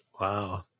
Wow